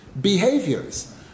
behaviors